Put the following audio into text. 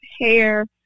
hair